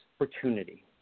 opportunity